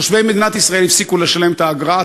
תושבי מדינת ישראל הפסיקו לשלם את האגרה,